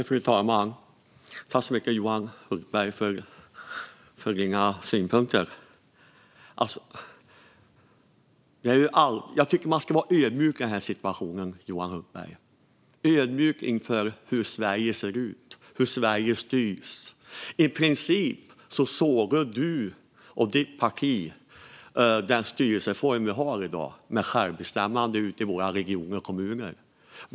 Fru talman! Tack så mycket, Johan Hultberg, för dina synpunkter! Jag tycker att man ska vara ödmjuk i den här situationen, Johan Hultberg - ödmjuk inför hur Sverige ser ut och hur Sverige styrs. I princip sågar du och ditt parti den styrelseform vi har i dag med självbestämmande ute i våra regioner och kommuner.